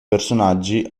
personaggi